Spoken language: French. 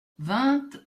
vingt